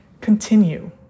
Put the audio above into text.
continue